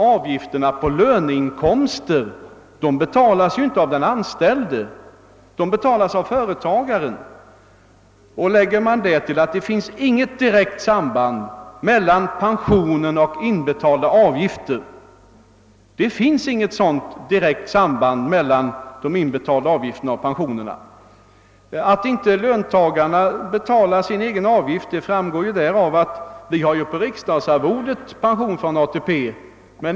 Avgifterna på löneinkomster betalas inte av den anställde utan av företagare. Det finns dessutom inte något direkt samband mellan pensioner och inbetalda avgifter. Att inte löntagarna betalar sin avgift framgår av att vi på riksdagsarvodet har pension från ATP.